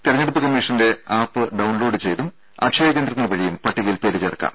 തിരഞ്ഞെടുപ്പ് commission app download ചെയ്തും അക്ഷയ കേന്ദ്രങ്ങൾ വഴിയും പട്ടികയിൽ പേര് ചേർക്കാം